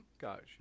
Gotcha